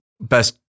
best